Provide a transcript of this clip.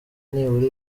nibura